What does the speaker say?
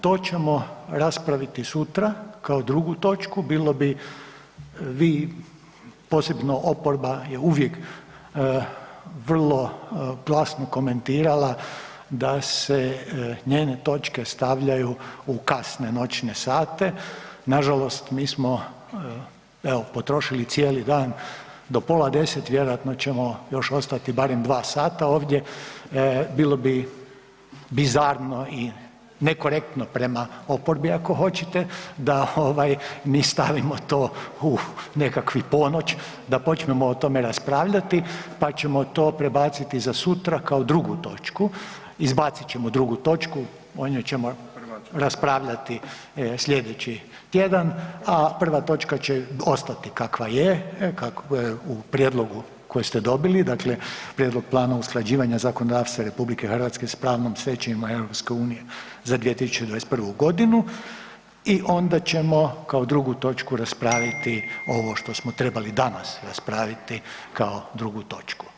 To ćemo raspraviti sutra kao drugu točku, bilo bi, vi, posebno oporba je uvijek vrlo glasno komentirala da se njene točke stavljaju u kane noćne sate, nažalost, mi smo evo, potrošili cijeli dan, do pola 10, vjerojatno ćemo još ostati barem 2 sata ovdje, bilo bi bizarno i nekorektno prema oporbi ako hoćete, da mi stavimo u nekakvu ponoć, da počnemo o tome raspravljati, pa ćemo to prebaciti za sutra kao drugu točku, izbacit ćemo drugu točku, o njoj ćemo raspravljati slijedeći tjedan, a prva točka će ostati kakva je u prijedlogu koji ste dobili, dakle Prijedlog plana usklađivanja zakonodavstva RH sa pravnom stečevinom EU-a za 2021. g. i onda ćemo kao drugu točku raspravljati ovo što smo trebali danas raspraviti kao drugu točku.